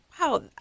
wow –